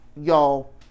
Y'all